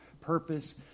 purpose